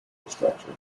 infrastructure